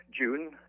June